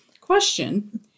Question